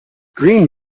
green